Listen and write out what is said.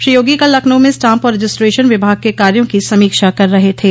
श्री योगी कल लखनऊ में स्टाम्प और रजिस्टशन विभाग के कायों की समीक्षा कर रहे थे